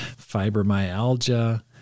fibromyalgia